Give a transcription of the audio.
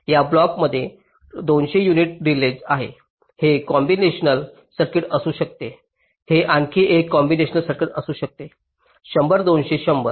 या ब्लॉकमध्ये 200 unit delays आहे हे कॉम्बीनेशनल सर्किट असू शकते हे आणखी एक कॉम्बीनेशनल सर्किट असू शकते 100 200 100